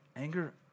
Anger